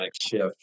shift